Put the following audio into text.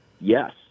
yes